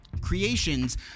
creations